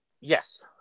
Yes